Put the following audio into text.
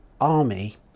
army